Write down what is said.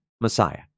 Messiah